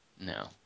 no